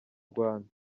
rwanda